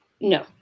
no